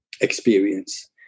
experience